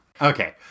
Okay